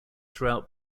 throughout